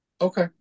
Okay